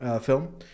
film